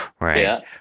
Right